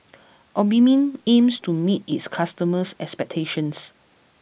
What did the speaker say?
Obimin aims to meet its customers' expectations